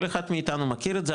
כל אחד מאיתנו מכיר את זה,